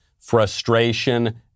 frustration